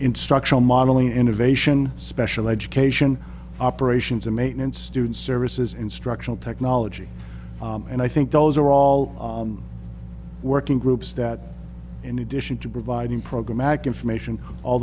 instructional modeling innovation special education operations and maintenance student services instructional technology and i think those are all working groups that in addition to providing programmatic information all